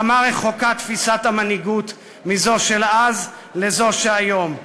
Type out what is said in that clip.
כמה רחוקה תפיסת המנהיגות של אז מזו של היום,